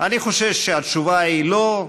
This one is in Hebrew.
חושש שהתשובה היא לא,